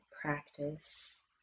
practice